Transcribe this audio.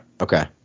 Okay